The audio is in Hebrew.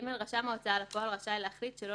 רשם ההוצאה לפועל רשאי להחליט שלא